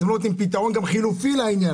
אתם לא נותנים גם פתרון חלופי לעניין.